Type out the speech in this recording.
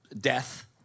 death